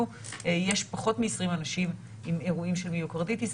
יש פחות מ-20 אנשים עם אירועים של מיוקרדיטיס,